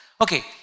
Okay